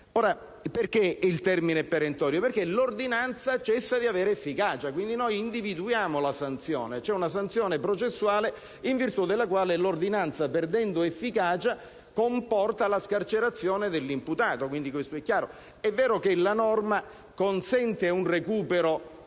Il termine è perentorio perché l'ordinanza cessa di avere efficacia. Noi, quindi, individuiamo la sanzione: c'è una sanzione processuale in virtù della quale l'ordinanza, perdendo efficacia, comporta la scarcerazione dell'imputato. Questo è chiaro. È pur vero che la norma consente un recupero